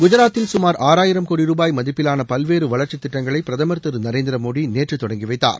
குஜராத்தில் சுமார் ஆறாயிரம் கோடி ருபாய் மதிப்பிலான பல்வேறு வளர்ச்சித் திட்டங்களை பிரதமர் திரு நரேந்திரமோடி நேற்று தொடங்கி வைத்தார்